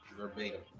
verbatim